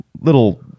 little